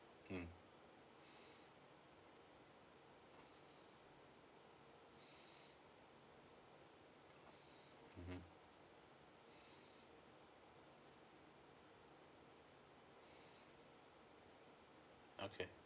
mm mm okay